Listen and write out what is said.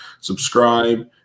subscribe